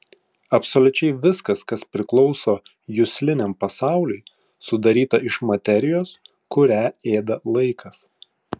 absoliučiai viskas kas priklauso jusliniam pasauliui sudaryta iš materijos kurią ėda laikas